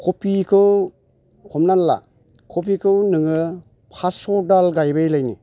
कपिखौ हमना ला कपिखौ नोङो पास्स' दाल गायबायलायनो